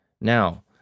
Now